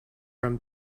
from